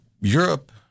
Europe